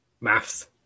Maths